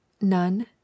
none